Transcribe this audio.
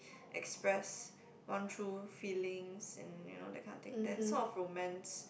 express one true feelings and you know that kind of thing that's sort of romance